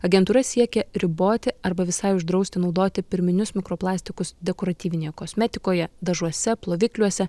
agentūra siekia riboti arba visai uždrausti naudoti pirminius mikroplastikus dekoratyvinėje kosmetikoje dažuose plovikliuose